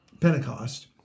Pentecost